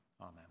Amen